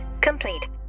complete